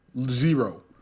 Zero